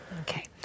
Okay